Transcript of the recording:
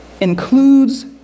includes